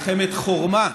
מלחמת חורמה,